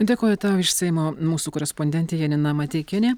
dėkoju tau iš seimo mūsų korespondentė janina mateikienė